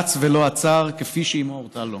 רץ ולא עצר, כפי שאימו הורתה לו."